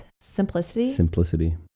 Simplicity